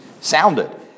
sounded